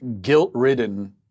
guilt-ridden